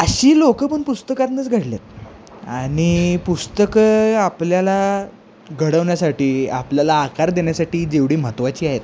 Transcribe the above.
अशी लोक पण पुस्तकांनंच घडले आहेत आणि पुस्तकं आपल्याला घडवण्यासाठी आपल्याला आकार देण्यासाठी जेवढी महत्त्वाची आहेत